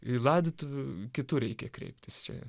ir laidotuvių kitur reikia kreiptis čia